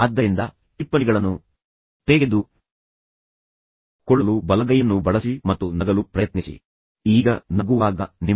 ಆದ್ದರಿಂದ ಟಿಪ್ಪಣಿಗಳನ್ನು ತೆಗೆದುಕೊಳ್ಳಲು ಬಲಗೈಯನ್ನು ಬಳಸಿ ಮತ್ತು ನಗಲು ಪ್ರಯತ್ನಿಸಿ ಅಥವಾ ನೀವು ಹರ್ಷಚಿತ್ತದಿಂದ ಇರುತ್ತಾರೆ ಎಂದು ತೋರಿಸಿ